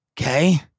Okay